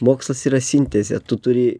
mokslas yra sintezė tu turi